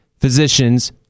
physicians